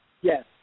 Yes